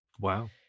Wow